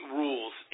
rules